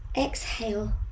exhale